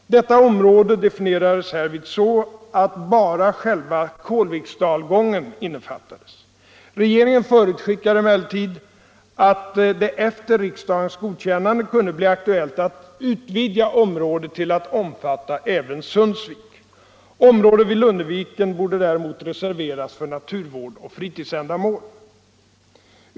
Detta område definierades härvid så att bara själva Kålviksdalgången innefattades. Regeringen förutskickade emellertid att det efter riksdagens godkännande kunde bli aktuellt att utvidga området till att omfatta även Sundsvik. Området vid Lunneviken borde däremot reserveras för naturvård och fritidsändamål.